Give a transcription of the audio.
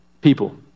people